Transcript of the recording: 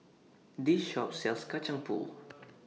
This Shop sells Kacang Pool